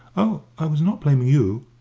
oh, i was not blaming you.